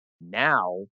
Now